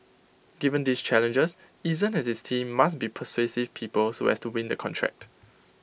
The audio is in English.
given these challenges Eason and his team must be persuasive people so as to win the contract